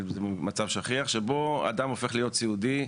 מצב שכיח בו אדם הופך להיות סיעודי,